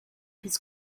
his